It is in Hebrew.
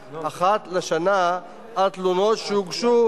לחפש על גופו נשק ולעכבו עד לבואו של שוטר,